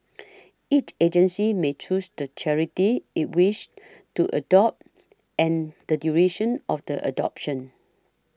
each agency may choose the charity it wishes to adopt and the duration of the adoption